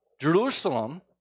Jerusalem